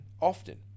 often